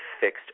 fixed